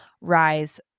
rise